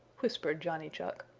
whispered johnny chuck.